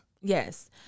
Yes